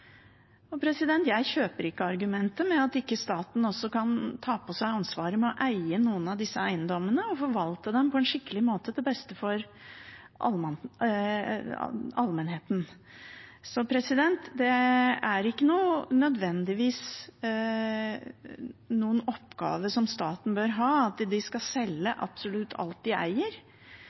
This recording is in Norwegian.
på det. Jeg kjøper ikke argumentet om at staten ikke kan ta på seg ansvaret med å eie noen av disse eiendommene og forvalte dem på en skikkelig måte til beste for allmennheten. Det er ikke nødvendigvis en oppgave for staten å selge absolutt alt den eier.